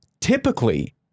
typically